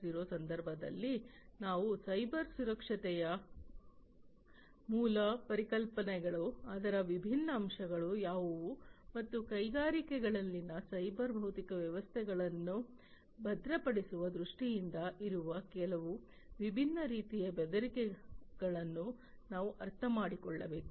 0ರ ಸಂದರ್ಭದಲ್ಲಿ ನಾವು ಸೈಬರ್ ಸುರಕ್ಷತೆಯ ಮೂಲ ಪರಿಕಲ್ಪನೆಗಳು ಅದರ ವಿಭಿನ್ನ ಅಂಶಗಳು ಯಾವುವು ಮತ್ತು ಕೈಗಾರಿಕೆಗಳಲ್ಲಿನ ಸೈಬರ್ ಭೌತಿಕ ವ್ಯವಸ್ಥೆಗಳನ್ನು ಭದ್ರಪಡಿಸುವ ದೃಷ್ಟಿಯಿಂದ ಇರುವ ಕೆಲವು ವಿಭಿನ್ನ ರೀತಿಯ ಬೆದರಿಕೆಗಳನ್ನು ನಾವು ಅರ್ಥಮಾಡಿಕೊಳ್ಳಬೇಕು